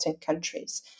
countries